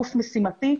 גוף משימתי,